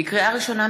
לקריאה ראשונה,